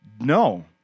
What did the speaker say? No